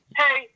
hey